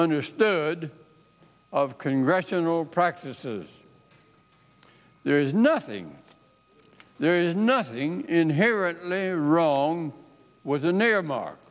understood of congressional practices there is nothing there is nothing inherently wrong with the near mar